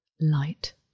light